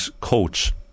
coach